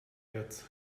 věc